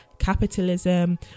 capitalism